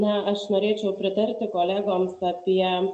na aš norėčiau pritarti kolegoms apie